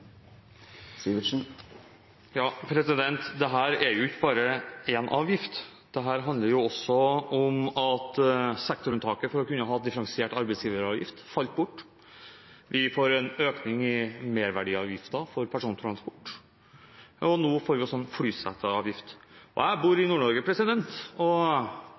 jo ikke bare én avgift. Dette handler også om at sektorunntaket for å kunne ha differensiert arbeidsgiveravgift falt bort. Vi får en økning i merverdiavgiften for persontransport. Og nå får vi også en flyseteavgift. Jeg bor i